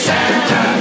Santa